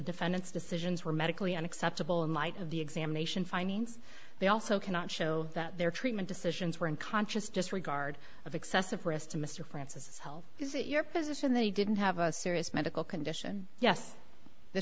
defendants decisions were medically unacceptable in light of the examination findings they also cannot show that their treatment decisions were in conscious disregard of excessive risk to mr francis health is that your position that he didn't have a serious medical condition yes the